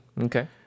Okay